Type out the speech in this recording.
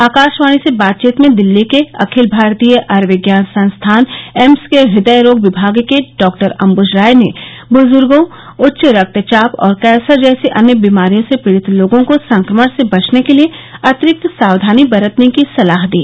आकाशवाणी से बातचीत में दिल्ली के अखिल भारतीय आयर्विज्ञान संस्थान एम्स के हृदय रोग विभाग के डॉक्टर अंबज रॉय ने बज़र्गो उच्च रक्तचाप और कँसर जैसी अन्य बीमारियों से पीड़ित लोगों को संक्रमण से बचने के लिए अतिरिक्त सावधानी बरतने की सलाह दी